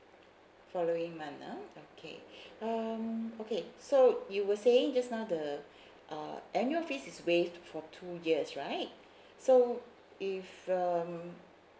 following month ah okay um okay so you were saying just now the uh annual fees is waived for two years right so if um